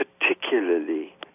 particularly